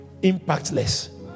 impactless